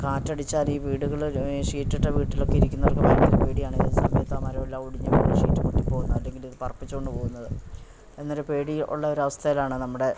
കാറ്റടിച്ചാൽ ഈ വീടുകൾ ഷീറ്റിട്ട വീട്ടിലൊക്കെ ഇരിക്കുന്നവർക്ക് ഭയങ്കര പേടിയാണ് ഏത് സമയത്താ മഴവെള്ളം ഒടിഞ്ഞുവീണ് ഷീറ്റ് പൊട്ടിപ്പോകുന്നത് അല്ലെങ്കിൽ പറപ്പിച്ചുകൊണ്ട് പോകുന്നത് എന്നൊരുപേടി ഉള്ള ഒരു അവസ്ഥയിലാണ് നമ്മുടെ